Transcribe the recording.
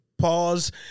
Pause